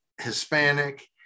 hispanic